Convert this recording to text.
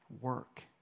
work